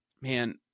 man